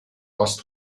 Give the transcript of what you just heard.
ost